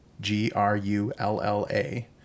G-R-U-L-L-A